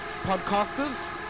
podcasters